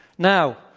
now,